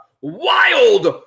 wild